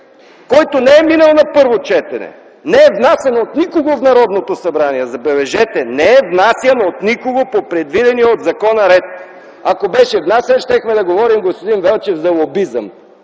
който не е минал на първо четене, не е внасян от никого в Народното събрание, забележете, не е внасян от никого по предвидения от закона ред. Ако беше внасян, щяхме да говорим, господин Велчев, за лобизъм.